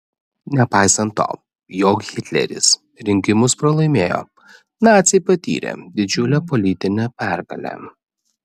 nepaisant to jog hitleris rinkimus pralaimėjo naciai patyrė didžiulę politinę pergalę